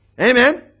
Amen